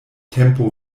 tempo